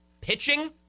Pitching